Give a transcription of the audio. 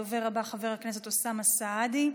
הדובר הבא, חבר הכנסת אוסאמה סעדי,